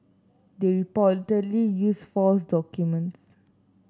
they reportedly used false documents